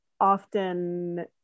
often